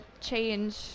change